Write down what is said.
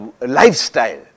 lifestyle